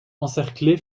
encerclée